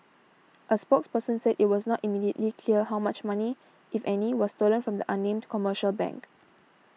a spokesperson said it was not immediately clear how much money if any was stolen from the unnamed commercial bank